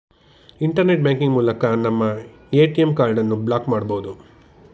internet banking ಮೂಲಕ ನಮ್ಮ ATM ಕಾರ್ಡನ್ನು ಬ್ಲಾಕ್ ಮಾಡಬೊದು